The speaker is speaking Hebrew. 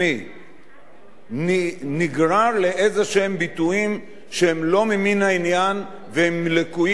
נגרר לאיזשהם ביטויים שהם לא ממין העניין והם לוקים בגזענות.